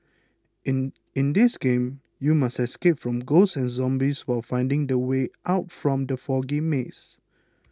in in this game you must escape from ghosts and zombies while finding the way out from the foggy maze